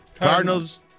Cardinals